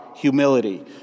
humility